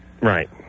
Right